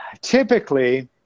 typically